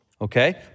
okay